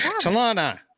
Talana